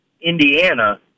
Indiana